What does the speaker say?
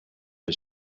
his